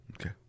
Okay